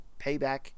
payback